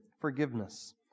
Forgiveness